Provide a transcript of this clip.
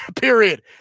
period